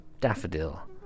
daffodil